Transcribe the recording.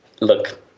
look